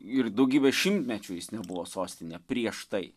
ir daugybę šimtmečių jis nebuvo sostine prieš tai